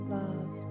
love